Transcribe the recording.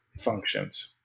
Functions